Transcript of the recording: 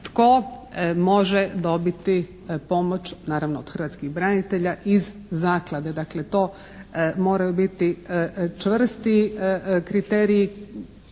tko može dobiti pomoć naravno od hrvatskih branitelja iz Zaklade. Dakle to moraju biti čvrsti kriteriji